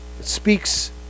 speaks